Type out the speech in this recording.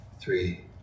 three